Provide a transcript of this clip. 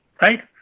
right